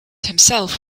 himself